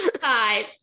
Five